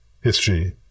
history